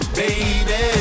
baby